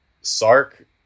Sark